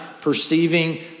perceiving